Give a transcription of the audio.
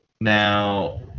Now